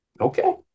okay